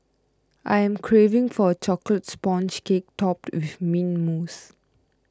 I am craving for a Chocolate Sponge Cake Topped with Mint Mousse